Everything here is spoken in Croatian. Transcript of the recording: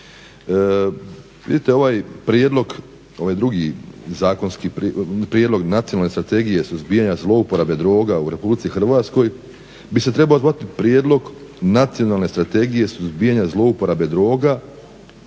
vidite ovaj prijedlog, ovaj drugi zakonski prijedlog Nacionalne strategije suzbijanja zlouporabe droga u RH bi se trebao zvati prijedlog Nacionalne strategije suzbijanja zlouporabe droga